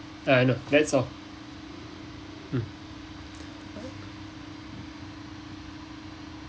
uh no that's all mm